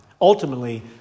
Ultimately